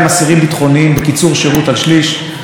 אני חושב שאנחנו צריכים לתקן את הפקודה ואת